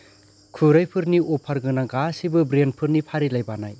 खुरैफोरनि अफार गोनां गासैबो ब्रेन्डफोरनि फारिलाइ बानाय